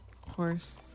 horse